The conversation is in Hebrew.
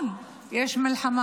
נכון, יש מלחמה.